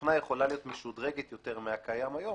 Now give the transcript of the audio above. שהתוכנה יכולה להיות משודרגת יותר מהקיים היום,